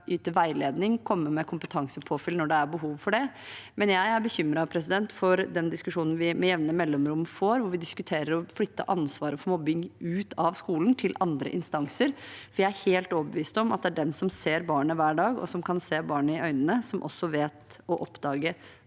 yte veiledning, og vi skal komme med kompetansepåfyll når det er behov for det. Men jeg er bekymret for den diskusjonen vi med jevne mellomrom får, hvor vi diskuterer å flytte ansvaret for mobbing ut av skolen og til andre instanser. Jeg er helt overbevist om at det er de som ser barnet hver dag, som kan se barnet i øynene, som raskest kan oppdage